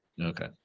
okay